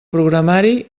programari